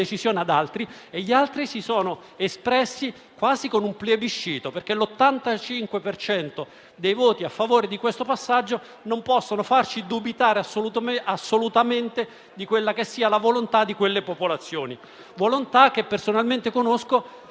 decisione ad altri. Gli altri si sono espressi quasi con un plebiscito, perché l'85 per cento dei voti a favore di questo passaggio non può farci dubitare assolutamente della volontà di quelle popolazioni, volontà che personalmente conosco,